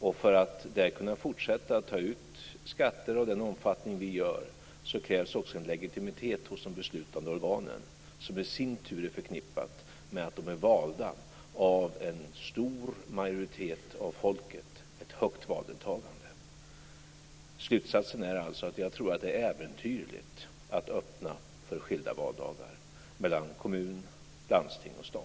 För att vi där skall kunna fortsätta att ta ut skatter i den omfattning som sker krävs en legitimitet hos de beslutande organen, något som i sin tur är förknippat med att de är valda av en stor majoritet av folket i val med högt valdeltagande. Slutsatsen är alltså den att jag tror att det är äventyrligt att öppna för skilda valdagar mellan kommun, landsting och stat.